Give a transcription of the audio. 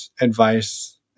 advice